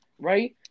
right